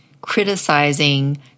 criticizing